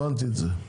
הבנתי את זה.